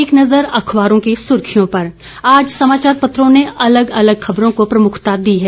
एक नज़र अखबारों की सुर्खियों पर आज समाचार पत्रों ने अलग अलग खबरों को प्रमुखता दी है